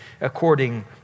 according